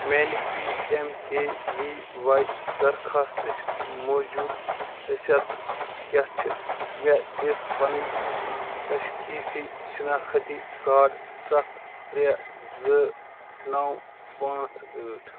میٛانہِ P M K V Y درخوٛاستٕچ موٗجوٗدٕہ حیثیت کیٛاہ چھِ مےٚ دٕژ پنٕنۍ تشخیصی شناختی کارڈ سَتھ ترٛےٚ زٕ نَو پانٛژھ ٲٹھ